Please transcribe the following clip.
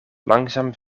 langzaam